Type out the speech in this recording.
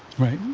right,